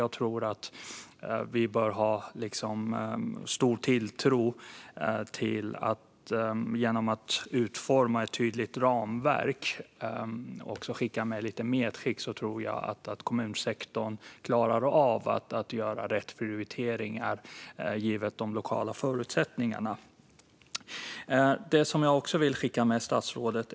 Jag tror att vi bör ha stor tilltro till ett tydligt utformat ramverk. Jag tror, som ett medskick, att kommunsektorn klarar av att göra rätt prioriteringar givet de lokala förutsättningarna. Det finns även något annat som jag vill skicka med statsrådet.